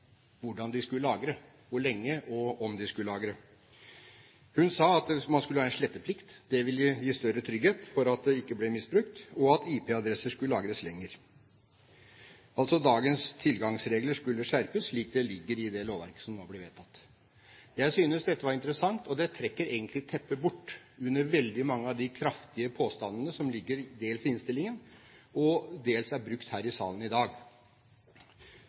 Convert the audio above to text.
hvordan de skulle lagre, hvor lenge og om de skulle lagre. Hun sa man skulle ha en sletteplikt. Det ville gi større trygghet for at det ikke ble misbrukt, og at IP-adresser skulle lagres lenger. Og dagens tilgangsregler skulle skjerpes, slik det ligger i det lovverk som nå blir vedtatt. Jeg synes dette var interessant, og det trekker egentlig teppet bort under veldig mange av de kraftige påstandene som ligger dels i innstillingen og dels er brukt her i salen i dag.